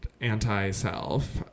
anti-self